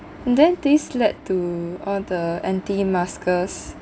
and then these led to all the anti maskers